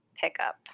Pickup